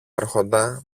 άρχοντα